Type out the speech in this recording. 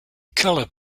colour